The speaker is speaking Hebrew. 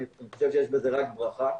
אני חושב שיש בזה רק ברכה.